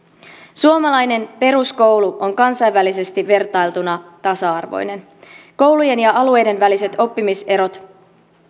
suomalainen peruskoulu on kansainvälisesti vertailtuna tasa arvoinen koulujen ja alueiden väliset oppimiserot